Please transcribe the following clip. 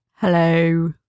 Hello